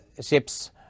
ships